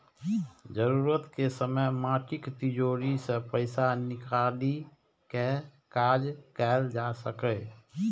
जरूरत के समय माटिक तिजौरी सं पैसा निकालि कें काज कैल जा सकैए